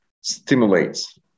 stimulates